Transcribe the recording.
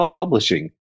publishing